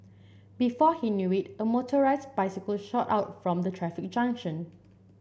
before he knew it a motorised bicycle shot out from the traffic junction